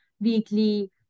weekly